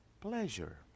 pleasure